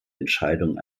entscheidung